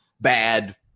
bad